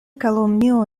kalumnio